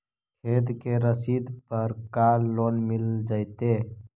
खेत के रसिद पर का लोन मिल जइतै?